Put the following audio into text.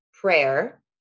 prayer